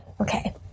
Okay